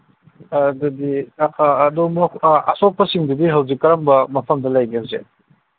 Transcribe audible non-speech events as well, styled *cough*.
ꯑꯗꯨꯗꯤ *unintelligible* ꯑꯁꯣꯛꯄꯁꯤꯡꯗꯨꯗꯤ ꯍꯧꯖꯤꯛ ꯀꯔꯝꯕ ꯃꯐꯝꯗ ꯂꯩꯒꯦ ꯍꯧꯖꯤꯛ